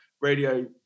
radio